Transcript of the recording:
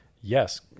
yes